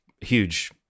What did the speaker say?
huge